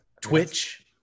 Twitch